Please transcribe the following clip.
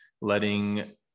letting